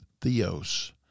theos